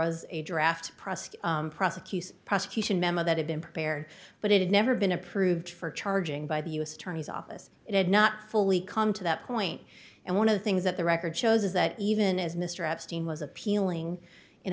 processed prosecution prosecution memo that had been prepared but it had never been approved for charging by the u s attorney's office it had not fully come to that point and one of the things that the record shows is that even as mr epstein was appealing in